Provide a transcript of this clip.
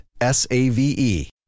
S-A-V-E